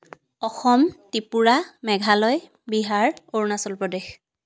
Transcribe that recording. Assam Tripura Meghalaya Bihar Arunachal Pradesh